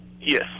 Yes